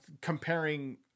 comparing